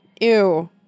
Ew